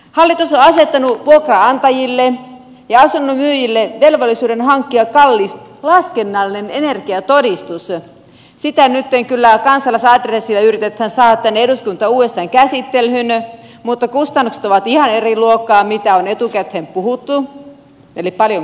hallitus on asettanut vuokranantajille ja asunnonmyyjille velvollisuuden hankkia kallis laskennallinen energiatodistus sitä nytten kyllä kansalaisadressilla yritetään saada tänne eduskuntaan uudestaan käsittelyyn mutta kustannukset ovat ihan eri luokkaa kuin mitä on etukäteen puhuttu eli paljon kovemmat